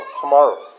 Tomorrow